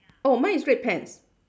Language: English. oh mine is red pants